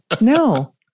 No